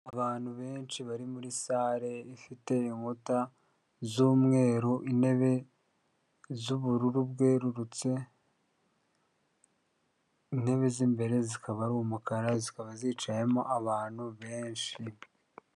Abantu benshi bari muri sale ifite inkuta z'umweru, intebe z'ubururu bwerurutse, intebe z'imbere zikaba ari umukara, zikaba zicayemo abantu benshi.